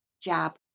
jab